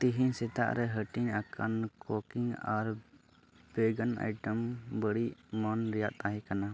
ᱛᱮᱦᱮᱧ ᱥᱮᱛᱟᱜ ᱨᱮ ᱦᱟᱹᱴᱤᱧ ᱟᱠᱟᱱ ᱠᱳᱠᱤᱝ ᱟᱨ ᱯᱮ ᱜᱟᱱ ᱟᱭᱴᱮᱢ ᱵᱟᱹᱲᱤᱡ ᱢᱚᱱ ᱨᱮᱭᱟᱜ ᱛᱟᱦᱮᱸ ᱠᱟᱱᱟ